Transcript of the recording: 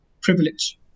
privilege